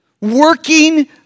working